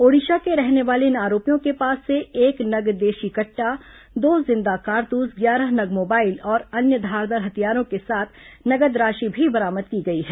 ओडिशा के रहने वाले इन आरोपियों के पास से एक नग देशी कट्टा दो जिंदा कारतूस ग्यारह नग मोबाइल और अन्य धारदार हथियारों के साथ नगद राशि भी बरामद की गई है